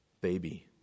baby